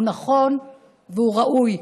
הוא נכון והוא ראוי.